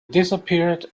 disappeared